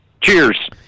Cheers